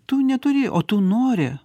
tu neturi o tu nori